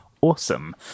awesome